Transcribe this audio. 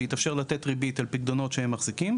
שיתאפשר לתת ריבית על פיקדונות שהם מחזיקים,